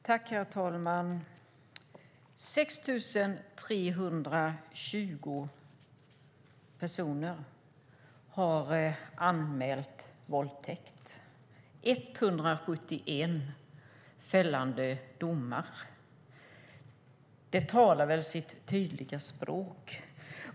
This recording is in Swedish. Herr talman! Det är 6 320 personer som har anmält våldtäkt. Det blev 171 fällande domar. Detta talar väl sitt tydliga språk?